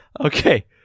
Okay